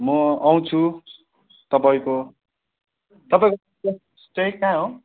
म आउँछु तपाईँको तपाईँको सोप चाहिँ कहाँ हो